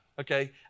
okay